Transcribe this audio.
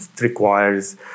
requires